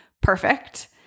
perfect